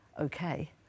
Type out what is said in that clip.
okay